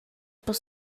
per